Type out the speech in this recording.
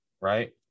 right